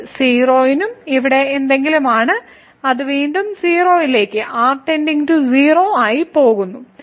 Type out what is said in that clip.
ഇത് 0 നും ഇവിടെ എന്തെങ്കിലുമാണ് അത് വീണ്ടും 0 ലേക്ക് r → 0 ആയി പോകുന്നു